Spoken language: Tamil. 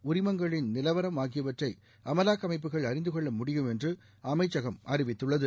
உரிமங்களின் நிலவரம் ஆகியவற்றை அமலாக்க அமைப்புகள் அறிந்துகொள்ள முடியும் என்று அமைச்சகம் அறிவித்துள்ளது